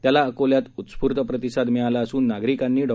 त्याला अकोल्यात उत्स्फूर्त प्रतिसाद मिळाला असून नागरिकांनी डॉ